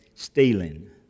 Stealing